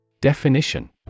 Definition